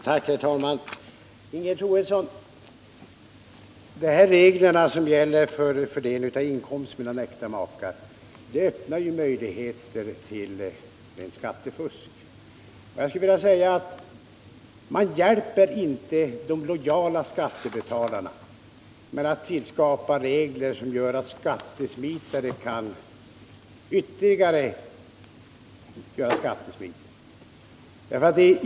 Herr talman! Men, Ingegerd Troedsson, de här reglerna som gäller för fördelningen av inkomsterna mellan äkta makar öppnar ju möjligheter till skattefusk. Jag skulle vilja påstå att man inte hjälper de lojala skattebetalarna genom att tillskapa regler som gör att skattesmitare kan komma undan skatter genom ytterligare skattesmitning.